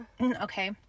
Okay